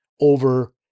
over